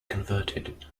converted